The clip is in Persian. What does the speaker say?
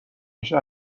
میشه